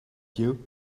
you